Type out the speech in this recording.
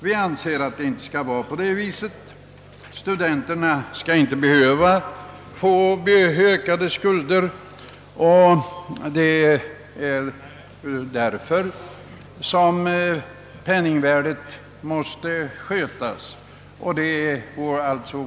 Vi anser att studenterna inte skall behöva öka sina skulder.